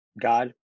God